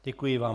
Děkuji vám.